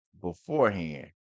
beforehand